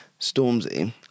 Stormzy